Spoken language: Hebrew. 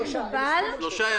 הם הסכימו על שלושה.